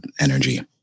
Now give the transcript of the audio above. energy